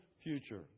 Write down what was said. future